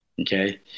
okay